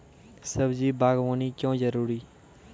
सब्जी बागवानी क्यो जरूरी?